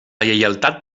lleialtat